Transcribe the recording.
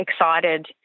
excited